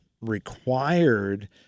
required